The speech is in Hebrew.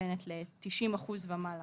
מתכוונת ל-90% ומעלה